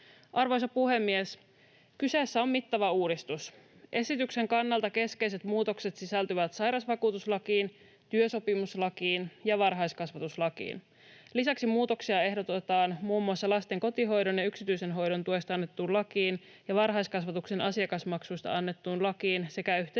Arvoisa puhemies! Kyseessä on mittava uudistus. Esityksen kannalta keskeiset muutokset sisältyvät sairausvakuutuslakiin, työsopimuslakiin ja varhaiskasvatuslakiin. Lisäksi muutoksia ehdotetaan muun muassa lasten kotihoidon ja yksityisen hoidon tuesta annettuun lakiin ja varhaiskasvatuksen asiakasmaksuista annettuun lakiin sekä yhteensä